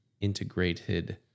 integrated